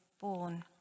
born